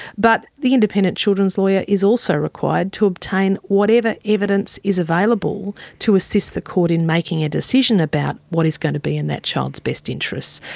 but the independent children's lawyer is also required to obtain whatever evidence is available to assist the court in making a decision about what is going to be in that child's best interests.